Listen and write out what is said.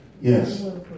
Yes